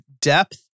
depth